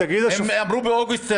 הם אמרו שהם ישבו באוגוסט.